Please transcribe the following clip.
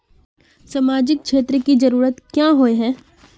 सामाजिक क्षेत्र की जरूरत क्याँ होय है?